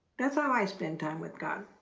that's how i spend time with god.